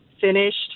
finished